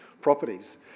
properties